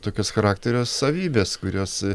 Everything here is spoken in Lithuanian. tokios charakterio savybes kurios